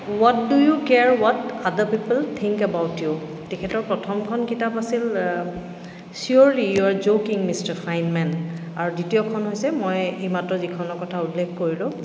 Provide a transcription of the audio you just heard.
watt do you care what other people think about you তেখেতৰ প্ৰথমখন কিতাপ আছিল surely you are joking mister Feynman আৰু দ্বিতীয়খন হৈছে মই এইমাত্ৰ যিখনৰ কথা উল্লেখ কৰিলোঁ